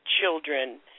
children